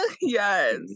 Yes